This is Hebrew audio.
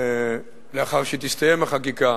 לאחר שתסתיים החקיקה,